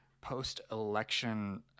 post-election